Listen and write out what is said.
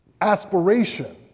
Aspiration